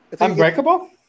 Unbreakable